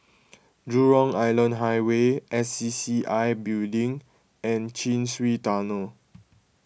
Jurong Island Highway S C C I Building and Chin Swee Tunnel